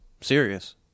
Serious